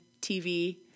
TV